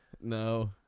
No